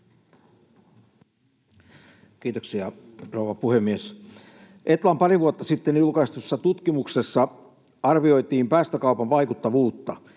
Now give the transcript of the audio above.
Kiitoksia, rouva puhemies! Etlan pari vuotta sitten julkaistussa tutkimuksessa arvioitiin päästökaupan vaikuttavuutta.